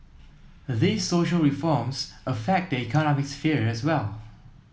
these social reforms affect the economic sphere as well